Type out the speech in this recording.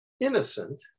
Innocent